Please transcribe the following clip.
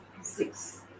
six